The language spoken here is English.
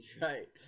right